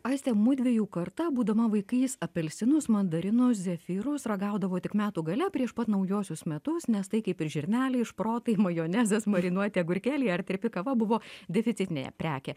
aiste mudviejų karta būdama vaikais apelsinus mandarinus zefyrus ragaudavau tik metų gale prieš pat naujuosius metus nes tai kaip ir žirneliai šprotai majonezas marinuoti agurkėliai ar tirpi kava buvo deficitinė prekė